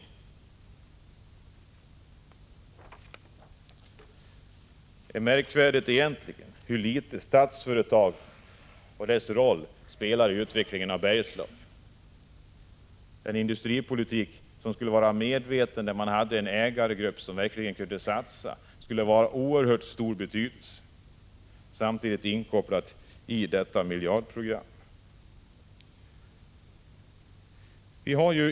Det är egentligen märkvärdigt hur liten roll Statsföretag spelar för utvecklingen av Bergslagen. En industripolitik som skulle vara medveten, med en ägargrupp som verkligen kunde satsa, skulle ha en oerhört stor betydelse — speciellt om den samtidigt var inkopplad i detta miljardprogram.